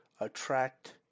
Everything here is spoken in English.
attract